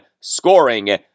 scoring